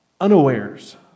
unawares